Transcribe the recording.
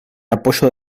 apoyo